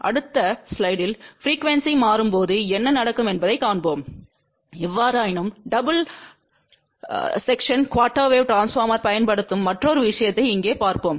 அடுத்த ஸ்லைடில் ப்ரீக்குவெண்ஸி மாறும்போது என்ன நடக்கும் என்பதைக் காண்போம் எவ்வாறாயினும் டபுள் ஸெக்ஸன் குஆர்டெர் வேவ் ட்ரான்ஸ்போர்மர்யைப் பயன்படுத்தும் மற்றொரு விஷயத்தை இங்கே பார்ப்போம்